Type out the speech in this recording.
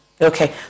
Okay